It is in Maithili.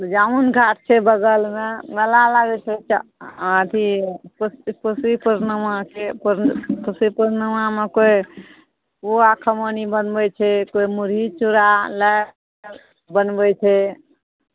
जामुन घाट छै बगलमे मेला लागै छै अथी कोशी कोशी पूर्णिमाके कोशी पूर्णिमामे केओ पुआ खमानी बनबै छै केओ मुढ़ी चूड़ा लाइ बनबै छै